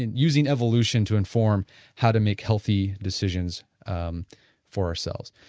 and using evolution to inform how to make healthy decisions um for ourselves.